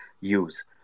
use